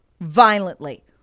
violently